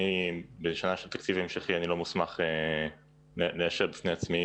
בשעה של תקציב המשכי אני לא מוסמך לאשר בפני עצמי.